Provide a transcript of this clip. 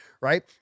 Right